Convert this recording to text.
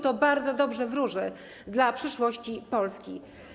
To bardzo dobrze wróży przyszłości Polski.